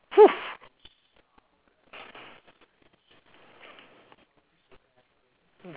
!woo!